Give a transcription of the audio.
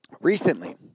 recently